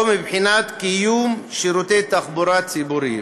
מבחינת קיום שירותי תחבורה ציבוריים.